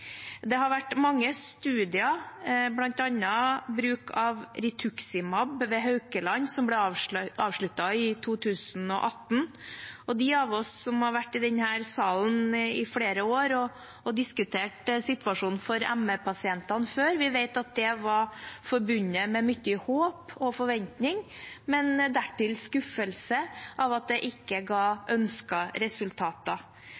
Det har vært mange studier, bl.a. ved Haukeland om bruk av rituximab. Den ble avsluttet i 2018, og de av oss som har vært i denne salen i flere år og har diskutert situasjonen for ME-pasientene før, vet at den var forbundet med mye håp og forventning og skuffelse over at den ikke